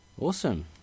Awesome